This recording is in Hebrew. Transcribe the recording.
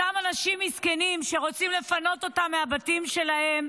אותם אנשים מסכנים שרוצים לפנות אותם מהבתים שלהם,